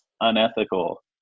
unethical